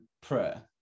prayer